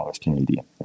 Canadian